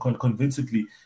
convincingly